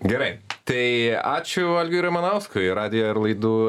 gerai tai ačiū algiui ramanauskui radijo ir laidų